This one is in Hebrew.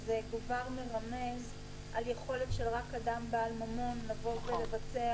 זה מרמז על כך שרק אדם בעל ממון יכול לבצע